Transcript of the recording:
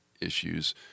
issues